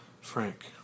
Frank